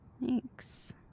Thanks